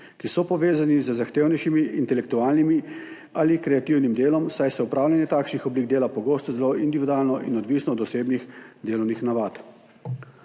ki so povezani z zahtevnejšimi intelektualnimi ali kreativnim delom, saj se opravljanje takšnih oblik dela pogosto zelo individualno in odvisno od osebnih delovnih navad.